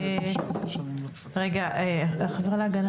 לינור דויטש,